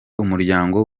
umuryango